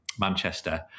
Manchester